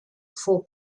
for